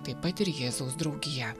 taip pat ir jėzaus draugija